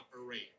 operate